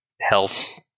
health